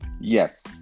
Yes